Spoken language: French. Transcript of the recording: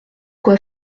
quoi